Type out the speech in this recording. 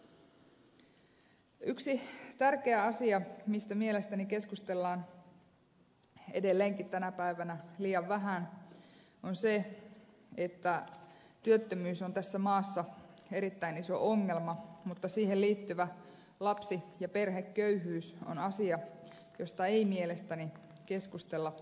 yksi tärkeä asia mistä mielestäni keskustellaan tänä päivänä edelleenkin liian vähän on se että työttömyys on tässä maassa erittäin iso ongelma ja siihen liittyvä lapsi ja perheköyhyys on asia josta ei mielestäni keskustella riittävästi